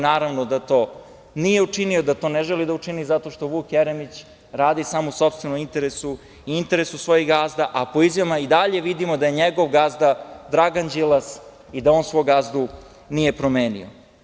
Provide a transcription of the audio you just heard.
Naravno da to nije učinio, da to ne želi da učini zato što Vuk Jeremić radi samo u sopstvenom interesu i interesu svojih gazda, a po izjavama i dalje vidimo da je njegov gazda Dragan Đilas i da on svog gazdu nije promenio.